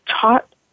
taught